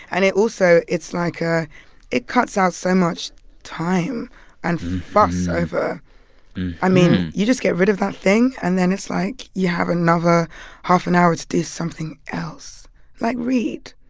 and it also it's like ah it cuts out so much time and fuss over i mean, you just get rid of that thing, and then it's like you have another half an hour to do something else like read.